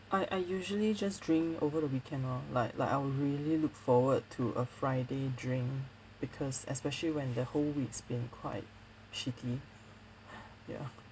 I I usually just drink over the weekend lor like like I will really look forward to a friday drink because especially when the whole week's been quite shitty ya